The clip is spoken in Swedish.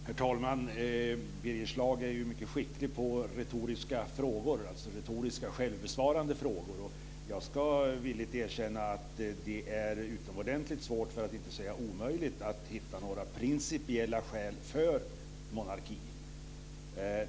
Herr talman! Birger Schlaug är ju mycket skicklig på retoriska självbesvarande frågor. Jag ska villigt erkänna att det är utomordentligt svårt, för att inte säga omöjligt, att hitta några principiella skäl för monarki.